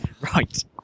right